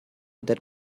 that